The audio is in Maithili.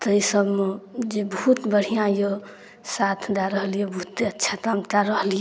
ताहि सबमे जे बहुत बढ़िआँ अइ साथ दऽ रहल अइ बहुते अच्छा काम करि रहल अइ